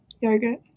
yogurt